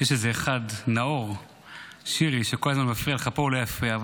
שיש איזה אחד נאור שירי שכל הזמן מפריע לך ופה הוא לא יפריע.